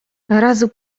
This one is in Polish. razu